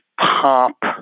pop